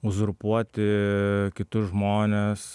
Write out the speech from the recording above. uzurpuoti kitus žmones